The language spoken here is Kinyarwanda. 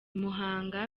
muhanga